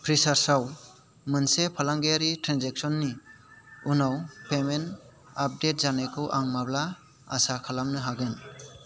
फ्रिसार्जआव मोनसे फालांगियारि ट्रेन्जेकसननि उनाव पेमेन्ट आपडेट जानायखौ आं माब्ला आसा खालामनो हागोन